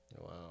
Wow